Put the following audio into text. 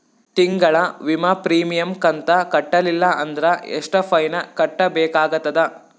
ತಿಂಗಳ ವಿಮಾ ಪ್ರೀಮಿಯಂ ಕಂತ ಕಟ್ಟಲಿಲ್ಲ ಅಂದ್ರ ಎಷ್ಟ ಫೈನ ಕಟ್ಟಬೇಕಾಗತದ?